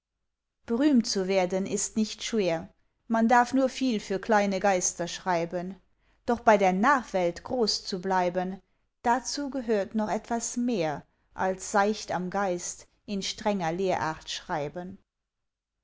berühmt zu werden ist nicht schwer man darf nur viel für kleine geister schreiben doch bei der nachwelt groß zu bleiben dazu gehört noch etwas mehr als seicht am geist in strenger lehrart schreiben